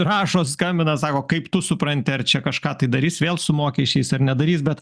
rašo skambina sako kaip tu supranti ar čia kažką tai darys vėl su mokesčiais ar nedarys bet